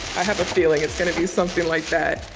i have a feeling it's gonna be something like that.